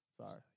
Sorry